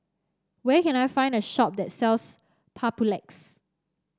where can I find a shop that sells Papulex